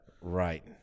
Right